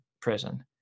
prison